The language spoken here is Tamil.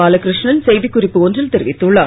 பாலகிருஷ்ணன் செய்தி குறிப்பு ஒன்றில் தெரிவித்துள்ளார்